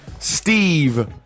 Steve